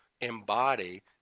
embody